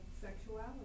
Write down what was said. sexuality